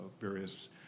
various